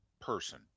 person